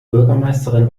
bürgermeisterin